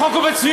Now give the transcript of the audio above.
החוק הוא מצוין.